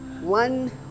One